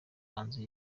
hanze